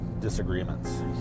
disagreements